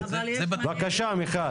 בבקשה מיכל.